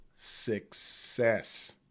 success